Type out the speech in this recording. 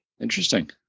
interesting